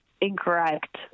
incorrect